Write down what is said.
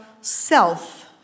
self